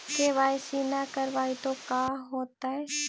KYC न करवाई तो का हाओतै?